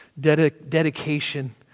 dedication